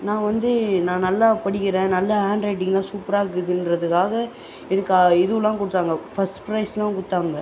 நான் வந்து நான் நல்லா படிக்கிறேன் நல்லா ஹேண்ட் ரைட்டிங்லாம் சூப்பராக இருக்குன்றதுக்காக எனக்கு இதெலாம் கொடுத்தாங்க ஃபர்ஸ்ட் ப்ரைஸ்லாம் கொடுத்தாங்க